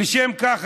משום כך,